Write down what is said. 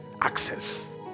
access